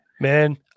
man